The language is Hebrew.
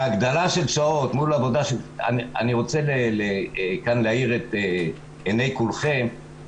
ההגדרה של שעות מול העבודה --- אני רוצה כאן להאיר את עיני כולכם: